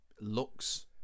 looks